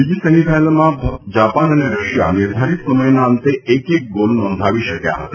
બીજી સેમિફાઇનલમાં જાપાન અને રશિયા નિર્ધારિત સમયના અંતે એક એક ગોલ નોંધાવી શક્યા હતા